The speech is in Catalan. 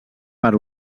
per